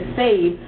save